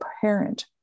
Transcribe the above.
parent